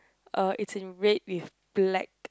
uh it's in red with black